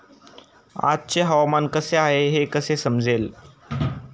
आजचे हवामान कसे आहे हे कसे समजेल?